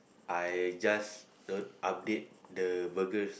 I just don't update the burgers